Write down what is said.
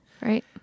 Right